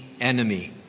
enemy